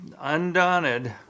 Undaunted